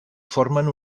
formen